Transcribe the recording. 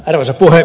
lyhyesti